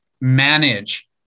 manage